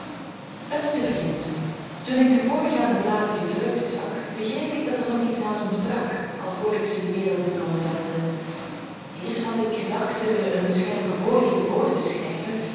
beste vriend toen ik de voorgaande bladen gedrukt zag begreep ik dat er nog iets aan ontbrak alvorens ik ze de wereld in kon zenden eerst had ik gedacht er eene scherpe voorrede vr te schrijven